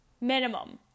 Minimum